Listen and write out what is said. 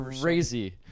crazy